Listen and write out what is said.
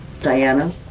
Diana